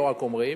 לא רק אומרים,